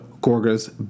Gorga's